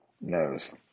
knows